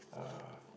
uh